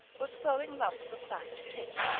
was throwing lumps of fat and pitch,